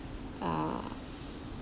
err